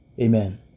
Amen